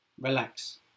Relax